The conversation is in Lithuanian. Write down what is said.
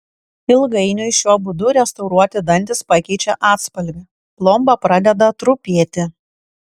ilgainiui šiuo būdu restauruoti dantys pakeičia atspalvį plomba pradeda trupėti